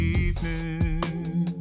evening